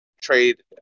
trade